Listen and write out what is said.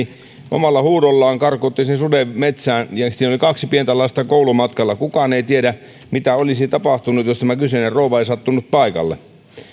omalla huudollaan karkotti sen suden metsään siinä oli kaksi pientä lasta koulumatkalla kukaan ei tiedä mitä olisi tapahtunut jos tämä kyseinen rouva ei olisi sattunut paikalle